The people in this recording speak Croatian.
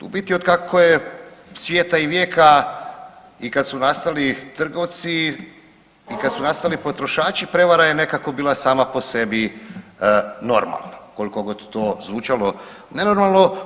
U biti od kako je svijeta i vijeka i kad su nastali trgovci i kad su nastali potrošači prevara je nekako bila sama po sebi normalno koliko god to zvučalo nenormalno.